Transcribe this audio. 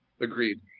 Agreed